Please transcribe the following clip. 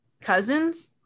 cousins